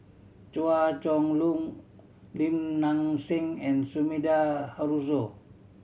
Chua Chong Long Lim Nang Seng and Sumida Haruzo